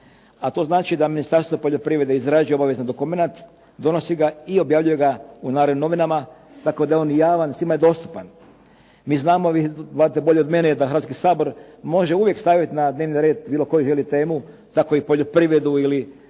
A to znači da Ministarstvo poljoprivrede izrađuje obavezni dokumenat, donosi ga i objavljuje ga u "Narodnim novinama" tako da je on javan, svima je dostupan. Mi znamo, vi znate bolje od mene, da Hrvatski sabor može uvijek staviti na dnevni red bilo koji želi temu tako i poljoprivredu ili